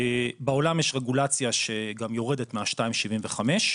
בעולם יש רגולציה שגם יורדת מה-2.75,